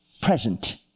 present